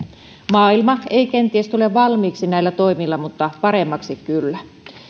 maailma ei kenties tule valmiiksi näillä toimilla mutta paremmaksi kyllä